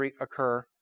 occur